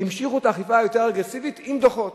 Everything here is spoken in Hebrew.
המשיכו את האכיפה היותר-אגרסיבית עם דוחות,